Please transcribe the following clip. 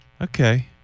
Okay